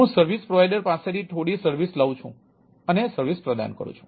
હું service provider પાસેથી થોડી સર્વિસ લઉં છું અને સર્વિસ પ્રદાન કરું છું